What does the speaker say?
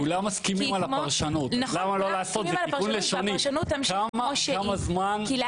כולם מסכימים על הפרשנות והפרשנות תמשיך כמו שהיא.